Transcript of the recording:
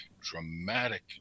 dramatic